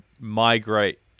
migrate